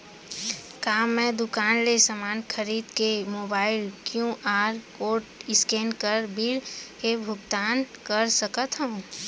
का मैं दुकान ले समान खरीद के मोबाइल क्यू.आर कोड स्कैन कर बिल के भुगतान कर सकथव?